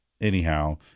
anyhow